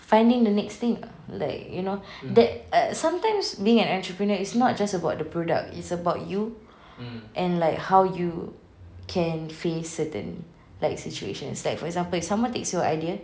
finding the next thing like you know that err sometimes being an entrepreneur is not just about the product it's about you and like how you can face certain like situations like for example if someone takes your idea